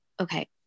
okay